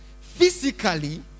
physically